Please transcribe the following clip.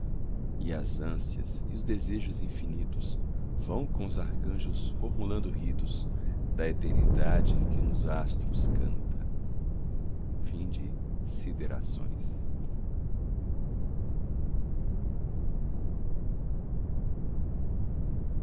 e as ânsias e os desejos infinitos vão com os arcanjos formulando ritos da eternidade que nos astros canta cróton selvagem